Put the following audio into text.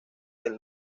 del